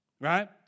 right